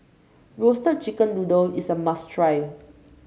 Roasted Chicken Noodle is a must try